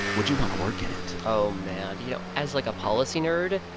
would you want to work in it? oh, man. you know, as, like, a policy nerd,